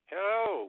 Hello